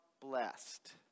blessed